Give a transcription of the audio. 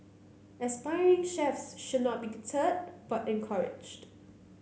aspiring chefs should not be deterred but encouraged